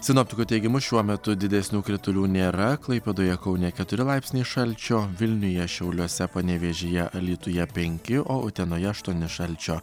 sinoptikų teigimu šiuo metu didesnių kritulių nėra klaipėdoje kaune keturi laipsniai šalčio vilniuje šiauliuose panevėžyje alytuje penki o utenoje aštuoni šalčio